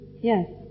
yes